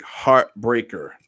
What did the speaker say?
heartbreaker